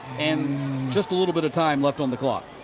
and just a little bit of time left on the clock?